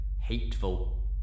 hateful